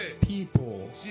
people